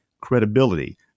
credibility